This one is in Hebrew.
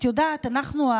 את יודעת, אנחנו,